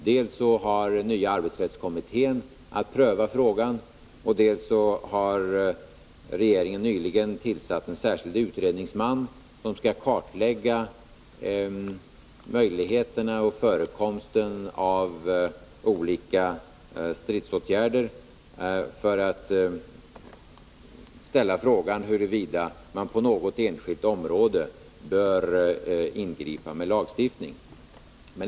Dels har den nya arbetsrättskommittén att pröva frågan, dels har regeringen nyligen tillsatt en särskild utredningsman -— som skall kartlägga möjligheterna till och förekomsten av olika stridsåtgärder — för att belysa frågan huruvida man på något enskilt område bör inskrida med lagstiftning.